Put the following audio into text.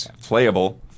playable